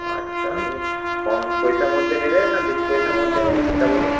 আচ্ছা আপনি কম পয়সার মধ্যে নেবেন না বেশি পয়সার মধ্যে নেবেন সেটা বলুন